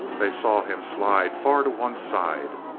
they saw him slide far to one side.